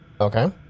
Okay